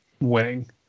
winning